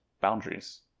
boundaries